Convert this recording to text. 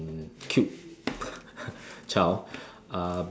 cute child uh